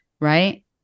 right